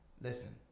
Listen